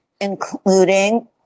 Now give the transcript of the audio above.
including